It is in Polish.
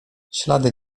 ślady